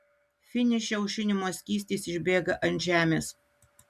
finiše aušinimo skystis išbėga ant žemės